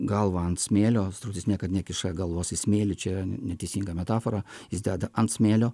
galvą ant smėlio strutis niekad nekiša galvos į smėlį čia ne neteisinga metafora jis deda ant smėlio